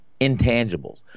intangibles